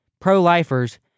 pro-lifers